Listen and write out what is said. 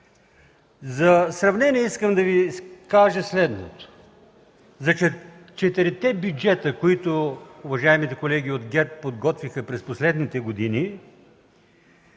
За сравнение, искам да Ви кажа следното, че за четирите бюджета, които уважаемите колеги от ГЕРБ подготвиха през последните години,